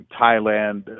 Thailand